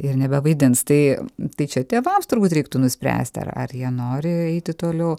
ir nebevaidins tai tai čia tėvams turbūt reiktų nuspręsti ar ar jie nori eiti toliau